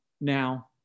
now